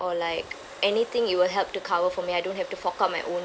or like anything it will help to cover for me I don't have to fork out my own